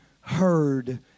heard